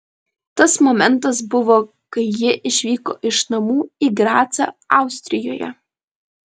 tas momentas buvo kai ji išvyko iš namų į gracą austrijoje